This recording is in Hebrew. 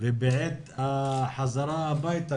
ובעת החזרה הביתה,